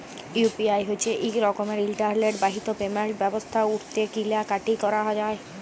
UPI হছে ইক রকমের ইলটারলেট বাহিত পেমেল্ট ব্যবস্থা উটতে কিলা কাটি ক্যরা যায়